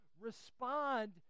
respond